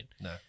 No